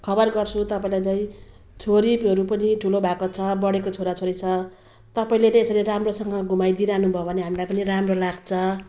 खबर गर्छौँ तपाईँलाई त छोरीहरू पनि ठुलो भएको छ बढेको छोरा छोरी छ तपाईँले त यसरी राम्रोसँग घुमाइदिइरहनु भयो भने हामीलाई पनि राम्रो लाग्छ